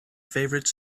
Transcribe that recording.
favorite